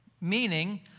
Meaning